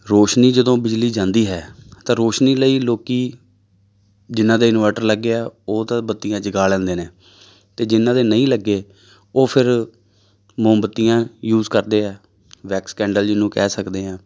ਰੌਸ਼ਨੀ ਜਦੋਂ ਬਿਜਲੀ ਜਾਂਦੀ ਹੈ ਤਾਂ ਰੌਸ਼ਨੀ ਲਈ ਲੋਕ ਜਿਹਨਾਂ ਦੇ ਇਨਵਰਟ ਲੱਗਿਆ ਉਹ ਤਾਂ ਬੱਤੀਆਂ ਜਗਾ ਲੈਂਦੇ ਨੇ ਅਤੇ ਜਿਹਨਾਂ ਦੇ ਨਹੀਂ ਲੱਗੇ ਉਹ ਫਿਰ ਮੋਮਬੱਤੀਆਂ ਯੂਜ਼ ਕਰਦੇ ਹੈ ਵੈਕਸ ਕੈਂਡਲ ਜਿਹਨੂੰ ਕਹਿ ਸਕਦੇ ਹਾਂ